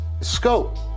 scope